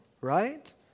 Right